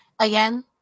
Again